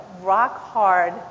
rock-hard